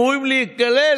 נגד ישראל אייכלר,